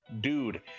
dude